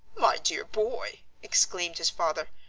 my dear boy, exclaimed his father,